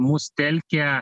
mus telkia